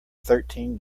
thirteen